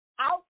out